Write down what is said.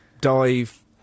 Dive